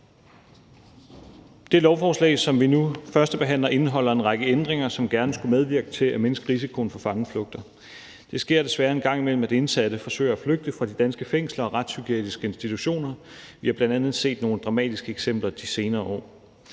Det lovforslag, som vi nu førstebehandler, indeholder en række ændringer, som gerne skulle medvirke til at mindske risikoen for fangeflugter. Det sker desværre en gang imellem, at indsatte forsøger at flygte fra de danske fængsler og retspsykiatriske institutioner. Vi har bl.a. set nogle dramatiske eksempler de senere år.